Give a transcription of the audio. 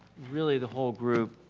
really the whole group,